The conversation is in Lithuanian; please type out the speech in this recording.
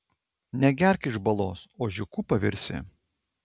negerk iš balos ožiuku pavirsi